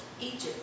Egypt